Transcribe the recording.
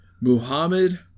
Muhammad